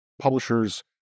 Publishers